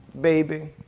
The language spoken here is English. baby